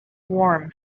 warm